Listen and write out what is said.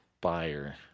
buyer